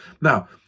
Now